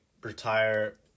retire